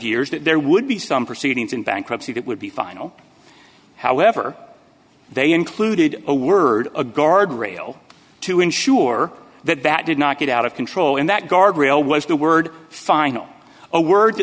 years that there would be some proceedings in bankruptcy that would be final however they included a word a guardrail to ensure that that did not get out of control and that guardrail was the word final a word